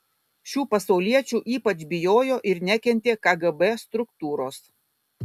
šių pasauliečių ypač bijojo ir nekentė kgb struktūros